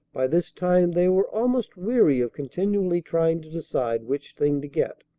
by this time they were almost weary of continually trying to decide which thing to get.